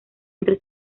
entre